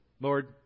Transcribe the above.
Lord